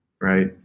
Right